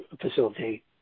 facilitate